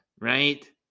right